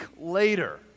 later